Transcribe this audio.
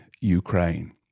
Ukraine